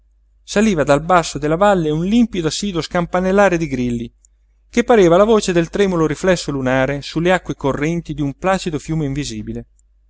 saliva dal basso della valle un limpido assiduo scampanellare di grilli che pareva la voce del tremulo riflesso lunare sulle acque correnti d'un placido fiume invisibile